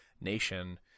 nation